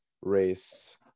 Race